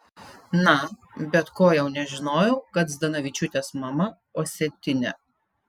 na bet ko jau nežinojau kad zdanavičiūtės mama osetinė